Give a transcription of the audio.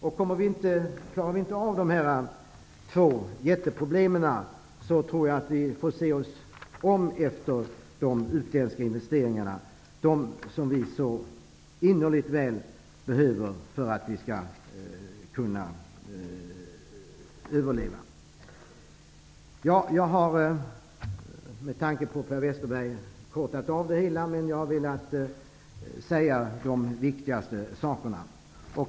Om vi inte klarar av att lösa dessa två jätteproblem tror jag att vi får se oss om efter de utländska investeringar som vi så innerligt väl behöver för att överleva. Jag har med tanke på Per Westerberg kortat av anförandet. Jag har velat tala om de viktigaste sakerna.